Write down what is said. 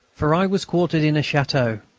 for i was quartered in a chateau.